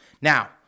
now